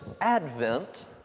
Advent